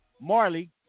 Marley